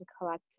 collect